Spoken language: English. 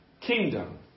kingdom